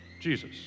Jesus